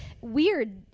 weird